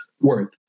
worth